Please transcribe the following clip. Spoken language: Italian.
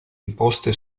imposte